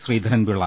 Sreedharan Pillai